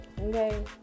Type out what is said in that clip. Okay